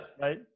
right